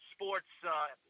Sports